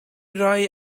rhai